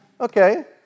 okay